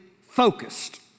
focused